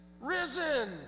risen